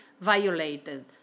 violated